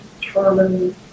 determine